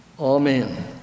Amen